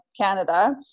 Canada